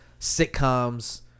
sitcoms